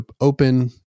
open